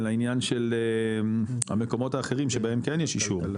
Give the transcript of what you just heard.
מקומות האחרים שבהם כן יש אישור,